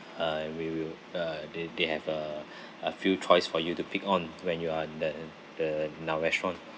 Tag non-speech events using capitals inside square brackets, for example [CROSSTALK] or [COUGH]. uh we will uh they they have a [BREATH] a few choice for you to pick on when you are at the the in our restaurant